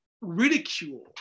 ridicule